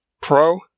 Pro